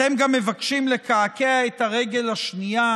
אתם גם מבקשים לקעקע את הרגל השנייה